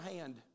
hand